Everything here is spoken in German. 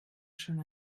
schon